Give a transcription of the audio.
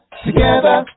together